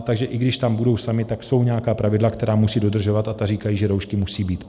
Takže i když tam budou sami, tak jsou nějaká pravidla, která musí dodržovat, a ta říkají, že roušky musí být.